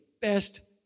best